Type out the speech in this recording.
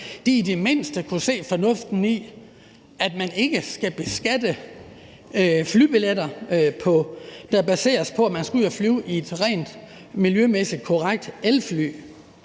i det mindste kunne se fornuften i ikke at beskatte flybilletter, der baseres på, at man skal ud at flyve i et rent miljømæssigt korrekt elfly.